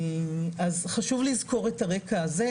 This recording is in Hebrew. אז חשוב לזכור את הרקע הזה.